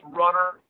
runner